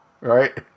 right